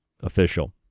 official